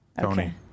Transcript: Tony